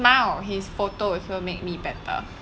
smile his photo also make me better